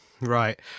right